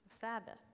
Sabbath